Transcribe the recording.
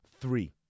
Three